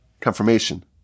confirmation